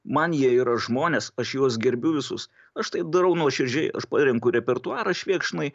man jie yra žmonės aš juos gerbiu visus aš tai darau nuoširdžiai aš parenku repertuarą švėkšnai